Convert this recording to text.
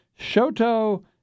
Shoto